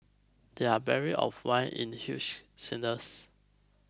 there barrels of wine in the huge cellars